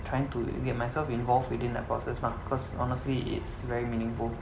trying to get myself involved within their forces mah cause honestly it's very meaningful